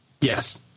Yes